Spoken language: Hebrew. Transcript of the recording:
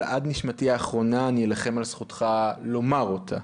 אבל עד נשמתי האחרונה אני אלחם על זכותך לומר אותה.